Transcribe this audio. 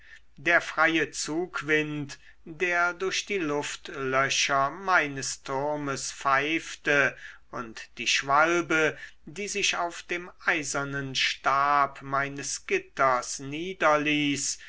der freie zugwind der durch die luftlöcher meines turmes pfeifte und die schwalbe die sich auf dem eisernen stab meines gitters niederließ